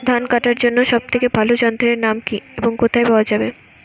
ধান কাটার জন্য সব থেকে ভালো যন্ত্রের নাম কি এবং কোথায় পাওয়া যাবে?